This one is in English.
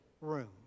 room